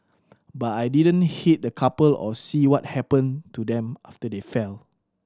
but I didn't hit the couple or see what happened to them after they fell